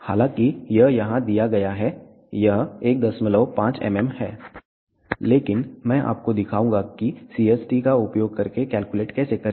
हालांकि यह यहाँ दिया गया है यह 15 mm है लेकिन मैं आपको दिखाऊंगा कि CST का उपयोग करके कैलकुलेट कैसे करें